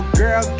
girl